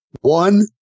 one